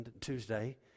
Tuesday